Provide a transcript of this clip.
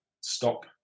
stop